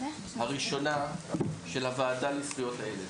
אני שמח להתחיל את הישיבה הראשונה של הוועדה לזכויות הילד,